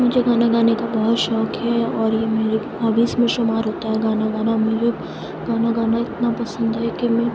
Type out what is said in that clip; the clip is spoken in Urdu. مجھے گانا گانے کا بہت شوق ہے اور یہ میرے ہابیز میں شمار ہوتا ہے گانا گانا مجھے گانا گانا اتنا پسند ہے کہ میں